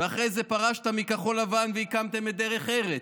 ואחרי זה פרשת מכחול לבן והקמתם את דרך ארץ.